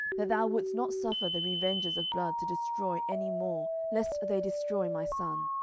that thou wouldest not suffer the revengers of blood to destroy any more, lest they destroy my son.